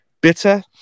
bitter